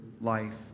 life